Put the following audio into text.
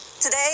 today